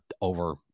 over